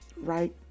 right